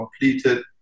completed